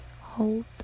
Hold